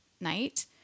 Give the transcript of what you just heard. night